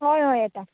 हय हय येता